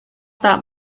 that